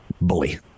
bully